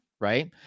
right